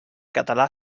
català